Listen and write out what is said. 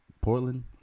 Portland